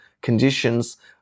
conditions